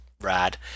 rad